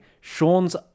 Sean's